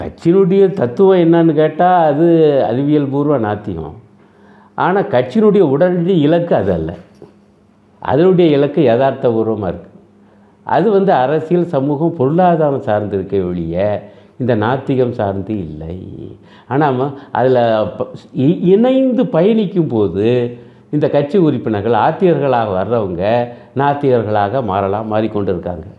கட்சியினுடைய தத்துவம் என்னன்னு கேட்டா, அது அறிவியல் பூர்வ நாத்திகம். ஆனா, கட்சியினுடைய உடலுடைய இலக்கு அது அல்ல. அதனுடைய இலக்கு யதார்த்த பூர்வமா இருக்கு. அது வந்து அரசியல், சமூகம், பொருளாதாரம் சார்ந்திருக்க வெளியே, இந்த நாத்திகம் சார்ந்து இல்லை. ஆனா, ம- அதுல, அப்ப- இ- இணைந்து பயணிக்கும் போது, இந்த கட்சி உறுப்பினர்கள், ஆத்திகர்களாக வர்றவங்க, நாத்திகர்களாக மாறலாம், மாறிக்கொண்டு இருக்காங்க.